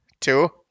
Two